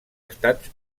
estats